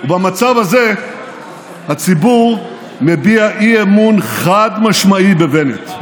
במצב הזה הציבור מביע אי-אמון חד-משמעי בבנט.